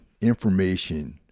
Information